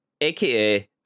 AKA